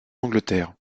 angleterre